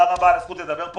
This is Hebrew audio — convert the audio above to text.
תודה רבה על הזכות לדבר.